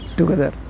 together